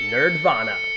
Nerdvana